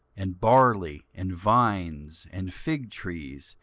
and barley, and vines, and fig trees,